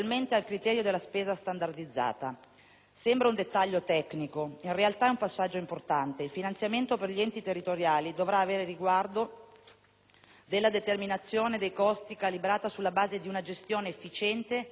Sembra un dettaglio tecnico, in realtà è un passaggio importante: il finanziamento per gli enti territoriali dovrà aver riguardo della determinazione dei costi calibrata sulla base di una gestione efficiente ed efficace di una pubblica amministrazione,